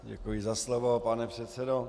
Děkuji za slovo, pane předsedo.